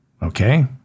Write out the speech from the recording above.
Okay